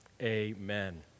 amen